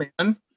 man